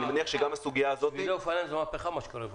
אני מניח שגם הסוגיה הזאת --- שבילי אופניים זו מהפכה מה שקורה בארץ.